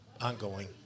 ongoing